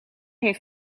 heeft